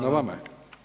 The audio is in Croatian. Na vama je.